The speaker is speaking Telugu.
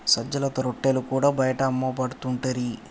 సజ్జలతో రొట్టెలు కూడా బయట అమ్మపడుతుంటిరి